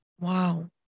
Wow